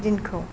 दिनखौ